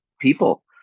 people